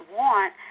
want